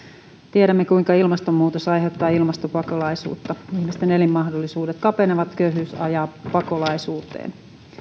tiedämme kuinka ilmastonmuutos aiheuttaa ilmastopakolaisuutta ihmisten elinmahdollisuudet kapenevat köyhyys ajaa pakolaisuuteen